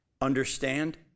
understand